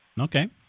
Okay